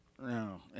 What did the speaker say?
No